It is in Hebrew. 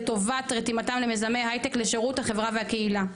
לטובת רתימתם למיזמי הייטק לשירות החברה והקהילה.